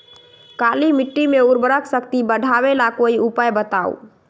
काली मिट्टी में उर्वरक शक्ति बढ़ावे ला कोई उपाय बताउ?